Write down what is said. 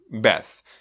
beth